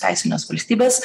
teisinės valstybės